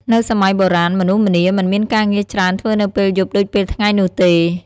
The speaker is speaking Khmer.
នៅសម័យបុរាណ មនុស្សម្នាមិនមានការងារច្រើនធ្វើនៅពេលយប់ដូចពេលថ្ងៃនោះទេ ។